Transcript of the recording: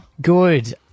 Good